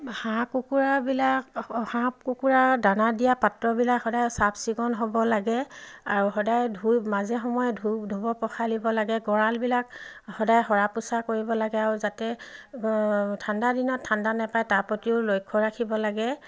হাঁহ কুকুৰাবিলাক হাঁহ কুকুৰা দানা দিয়া পাত্ৰবিলাক সদায় চাফ চিকুণ হ'ব লাগে আৰু সদায় ধুই মাজে সময়ে ধুব পখালিব লাগে গঁৰালবিলাক সদায় সৰা পোচা কৰিব লাগে আৰু যাতে ঠাণ্ডা দিনত ঠাণ্ডা নাপায় তাৰ প্ৰতিও লক্ষ্য ৰাখিব লাগে